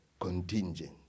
contingent